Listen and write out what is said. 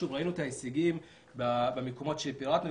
ראינו את ההישגים במקומות שפירטנו,